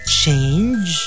change